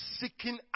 seeking